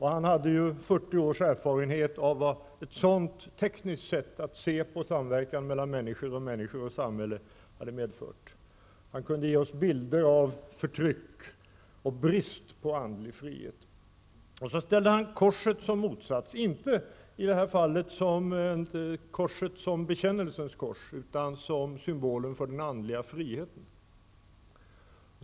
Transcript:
Han hade 40 års erfarenhet av vad ett sådant tekniskt sätt att se på samverkan människor emellan och mellan människor och samhället hade medfört. Han kunde ge oss bilder av förtryck och brist på andlig frihet. Han ställde korset i motsats till skäran, i det här fallet inte korset som bekännelsens kors utan som symbol för den andliga friheten.